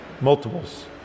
multiples